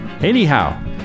Anyhow